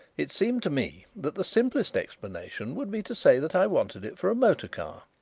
it seemed to me that the simplest explanation would be to say that i wanted it for a motor-car.